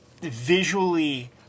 visually